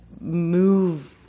move